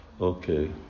Okay